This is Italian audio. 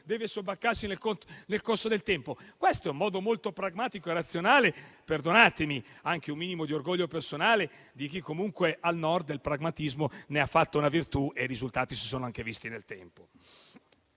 deve sobbarcarsi nel corso del tempo. Questo è un atteggiamento molto pragmatico e razionale - perdonatemi anche un minimo di orgoglio personale - di chi comunque, al Nord, del pragmatismo ha fatto una virtù, con risultati che si sono anche visti nel tempo.